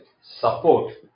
support